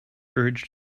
urged